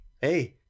hey